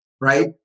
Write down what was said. right